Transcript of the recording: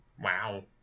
Wow